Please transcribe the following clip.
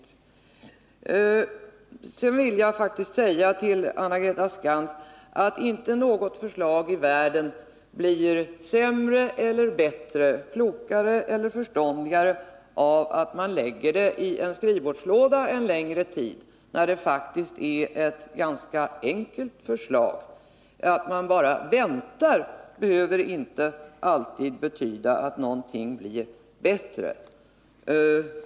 Sedan vill jag faktiskt säga till Anna-Greta Skantz att inte något förslag i världen blir bättre, klokare eller förståndigare av att man låter det ligga i en skrivbordslåda en längre tid, när det faktiskt är ett ganska enkelt förslag. Att man bara väntar behöver inte alltid betyda att någonting blir bättre.